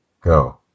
go